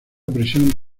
presión